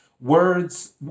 Words